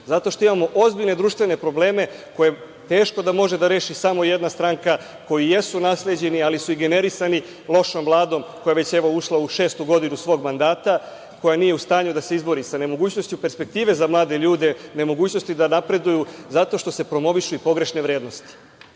zato što imamo ozbiljne društvene probleme koje teško da može da reši samo jedna stranka, koji jesu nasleđeni, ali su generisani lošom Vladom koja je već evo ušla u šestu godinu svog mandata, koja nije u stanju da se izbori sa nemogućnošću perspektive za mlade ljude, nemogućnosti da napreduju, zato što se promovišu pogrešne vrednosti.